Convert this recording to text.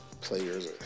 Players